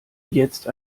jetzt